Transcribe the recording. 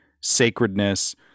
sacredness